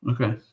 Okay